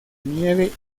nieve